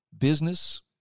business